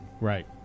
right